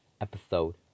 episode